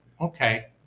Okay